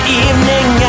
evening